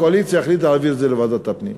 הקואליציה החליטה להעביר את זה לוועדת הפנים.